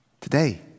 today